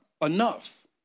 enough